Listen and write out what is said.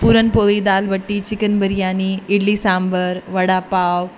puran poli dal batti chicken biryani idli sambar vada pav